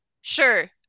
sure